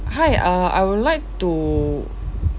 hi uh I would like to